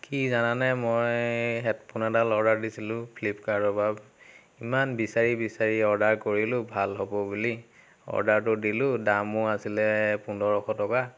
কি জানানে মই হেডফোন এডাল অৰ্ডাৰ দিছিলোঁ ফ্লিপকাৰ্টৰপৰা ইমান বিচাৰি বিচাৰি অৰ্ডাৰ কৰিলোঁ ভাল হ'ব বুলি অৰ্ডাৰটো দিলোঁ দামো আছিলে পোন্ধৰশ টকা